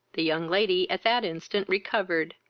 the young lady at that instant recovered,